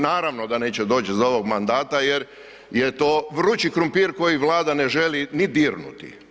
Naravno da neće doć za ovog mandata jer, jer je to vrući krumpir koji Vlada ne želi ni dirnuti.